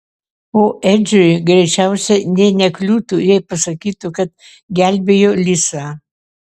o edžiui greičiausiai nė nekliūtų jei pasakytų kad gelbėjo lisą